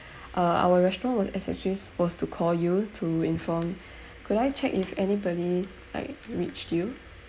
uh our restaurant was actually supposed to call you to inform could I check if anybody like reached you